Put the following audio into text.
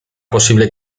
posible